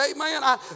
Amen